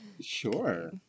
Sure